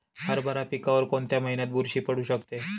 हरभरा पिकावर कोणत्या महिन्यात बुरशी पडू शकते?